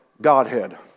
Godhead